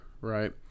right